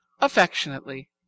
affectionately